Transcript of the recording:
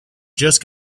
just